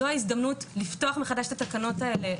זו ההזדמנות לפתוח מחדש את התקנות האלה,